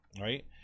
Right